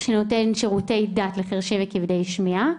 שנותן שירותי דת לחרשים וכבדי שמיעה.